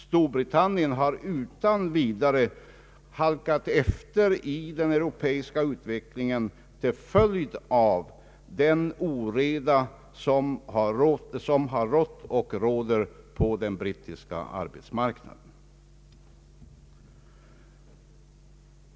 Storbritannien har utan vidare halkat efter i den europeiska utvecklingen till följd av den oreda som har rått och råder på den brittiska arbetsmarknaden.